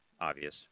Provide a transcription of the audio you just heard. obvious